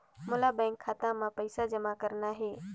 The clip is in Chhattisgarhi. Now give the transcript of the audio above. मोला बैंक खाता मां पइसा जमा करना हे?